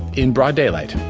in broad daylight.